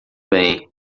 bem